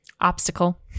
obstacle